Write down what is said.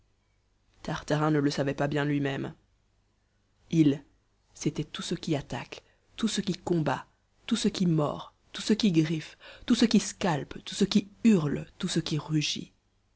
tartarin ne le savait pas bien lui-même ils c'était tout ce qui attaque tout ce qui combat tout ce qui mord tout ce qui griffe tout ce qui scalpe tout ce qui hurle tout ce qui rugit